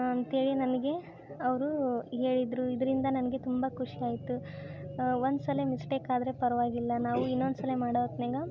ಅಂತೇಳಿ ನನಗೆ ಅವರು ಹೇಳಿದ್ದರು ಇದರಿಂದ ನನಗೆ ತುಂಬ ಖುಷಿ ಆಯಿತು ಒಂದು ಸಲ ಮಿಸ್ಟೇಕ್ ಆದರೆ ಪರ್ವಾಗಿಲ್ಲ ನಾವು ಇನ್ನೊಂದು ಸಲ ಮಾಡೋ ಹೊತ್ನ್ಯಾಗ